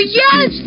yes